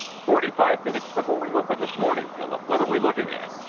forty five minutes before we open this morning, phillip, what are we looking at?